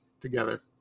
together